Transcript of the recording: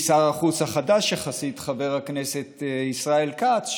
שר החוץ החדש יחסית חבר הכנסת ישראל כץ,